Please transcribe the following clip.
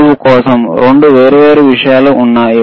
నిలువు కోసం 2 వేర్వేరు విషయాలు ఉన్నాయి